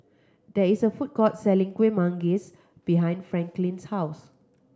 there is a food court selling Kuih Manggis behind Franklin's house